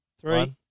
three